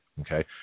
okay